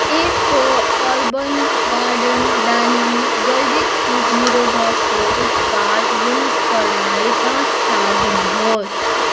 IFFCO urban garden डानिम जैविक कीट निरोधकको उत्पाद गुणस्तरलाई पाँच स्टार दिनुहोस्